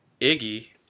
Iggy